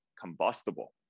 combustible